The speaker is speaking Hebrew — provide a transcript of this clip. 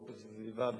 באיכות הסביבה,